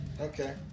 okay